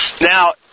Now